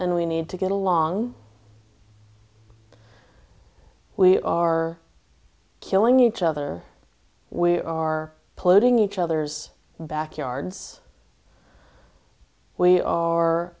and we need to get along we are killing each other we are polluting each other's backyards we are